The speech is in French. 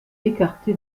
écarté